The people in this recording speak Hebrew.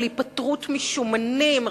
היפטרות משומנים,